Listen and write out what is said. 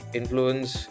influence